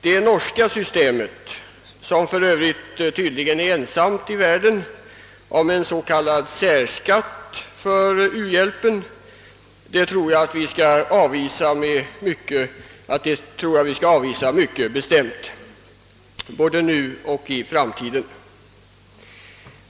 Det norska systemet, som för övrigt tydligen är det enda i sitt slag i världen, med en s.k. särskatt för u-hjälpen, tror jag att vi bör avvisa mycket bestämt både nu och i framtiden.